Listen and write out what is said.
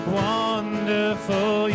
wonderful